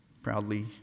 Proudly